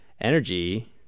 energy